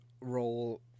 role